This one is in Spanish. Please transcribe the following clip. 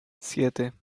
siete